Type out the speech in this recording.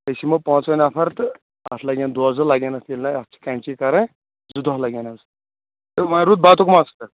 أسۍ یمو پانژوٕے نَفَر تہٕ اتھ لَگن دۄہ زٕ لگن اتھ ییٚلہِ نا اتھ چھِ کینچی کَرٕنۍ زٕ دۄہ لَگن اتھ وۄنۍ روٗد بَتُک مسلہٕ